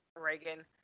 Reagan